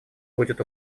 будет